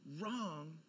wrong